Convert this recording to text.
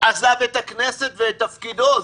עזב את הכנסת ואת תפקידו.